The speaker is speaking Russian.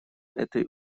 этой